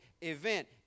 event